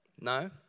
No